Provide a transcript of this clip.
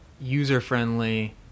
user-friendly